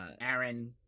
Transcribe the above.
Aaron